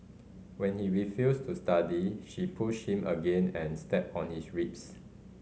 when he refused to study she pushed him again and stepped on his ribs